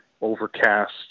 overcast